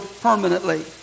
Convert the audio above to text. permanently